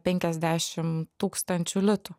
penkiasdešim tūkstančių litų